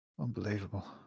Unbelievable